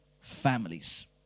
families